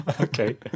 Okay